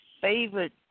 favorite